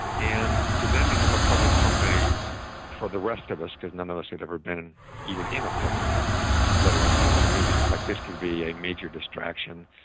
and to then become a public company for the rest of us, because none of us had ever been even in a public company, let alone knowing what it means, it was like this could be a major distraction.